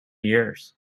years